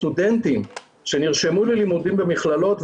סטודנטים שנרשמו ללימודים במכללות,